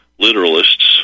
literalists